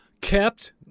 kept